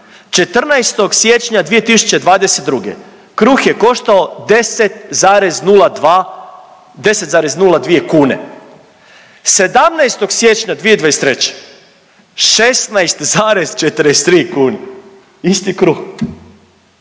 14. siječnja 2022. kruh je koštao 10,02, 10,02 kune, 17. siječnja 2023. 16,43 kune, isti kruh,